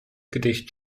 gedicht